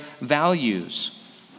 values